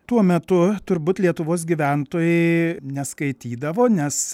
tuo metu turbūt lietuvos gyventojai neskaitydavo nes